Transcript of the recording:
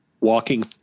walking